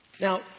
Now